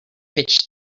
pitch